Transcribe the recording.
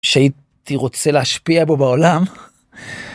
שהייתי רוצה להשפיע בו בעולם.